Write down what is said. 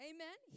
Amen